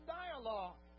dialogue